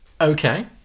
Okay